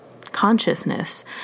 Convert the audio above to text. consciousness